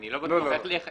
אני לא בטוח איך